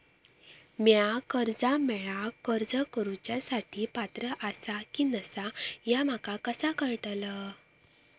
म्या कर्जा मेळाक अर्ज करुच्या साठी पात्र आसा की नसा ह्या माका कसा कळतल?